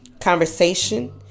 conversation